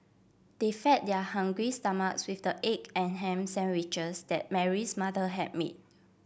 they fed their hungry stomachs with the egg and ham sandwiches that Mary's mother had made